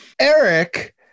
Eric